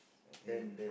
ten